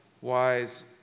wise